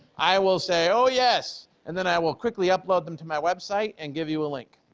i will say, oh yes, and then i will quickly upload them to my website and give you a link.